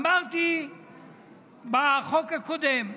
אמרתי בחוק הקודם: